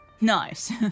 Nice